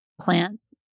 Plants